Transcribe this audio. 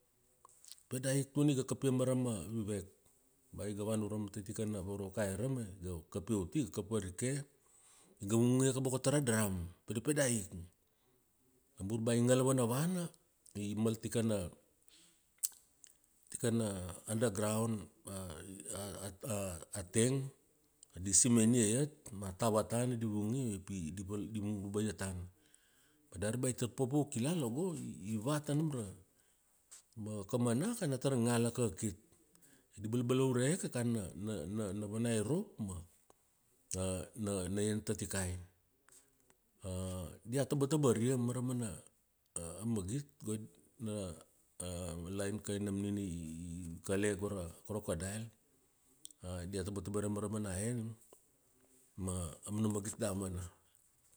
Pedaik tuna iga kap ia marama Wewak. Bea iga vana urama tai tikana varvakai arama, iga kapia uti, iga kap varike, iga vung vung ia kobo tara drum. Pededpedaik. Namur bea i ngala vanavana, i mal tikana tikana, under ground, a teng, di simen ia iat ma a tava tana di vung ia, io pi di val, di vung vaba ia tana. Ma dari bea aika paupau kilala go i, i va tanam ra, ma kamana kana tar ngala kakit. Di balabalaure kan na, na, na vana irop ma, na ien tatikai. Dia tabatabaria, maramana a magit, go, na, a lain kam nam nina i kale go ra crocodile. Dia tabatabria mara mana en ma amana magit damana.